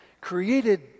created